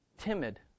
timid